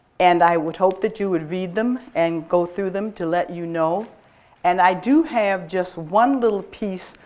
and i would hope that you would read them and go through them to let you know and i do have just one little piece.